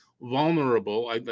vulnerable